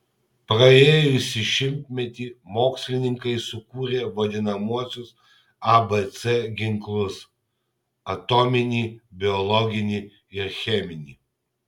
praėjusį šimtmetį mokslininkai sukūrė vadinamuosius abc ginklus atominį biologinį ir cheminį